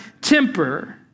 temper